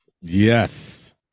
Yes